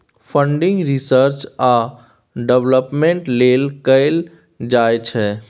funding research आ development लेल कएल जाइ छै